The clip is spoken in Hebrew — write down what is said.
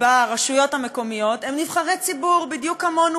ברשויות המקומיות הם נבחרי ציבור בדיוק כמונו,